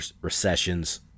recessions